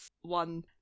one